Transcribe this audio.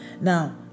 Now